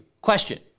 Question